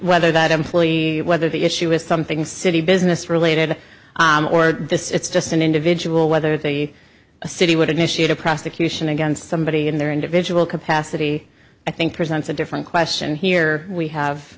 whether that employee whether the issue was something city business related or this it's just an individual whether the city would initiate a prosecution against somebody in their individual capacity i think presents a different question here we have